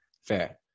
Fair